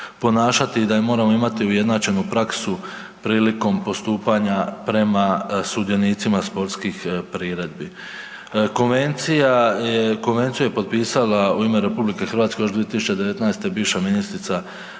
i da moramo imati ujednačenu praksu prilikom postupanja prema sudionicima sportskih priredbi. Konvencija je, konvenciju je potpisala u ime RH još 2019. bivša ministrica vanjskih